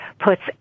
Puts